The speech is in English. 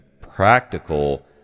practical